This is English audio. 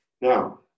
now